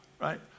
right